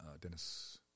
Dennis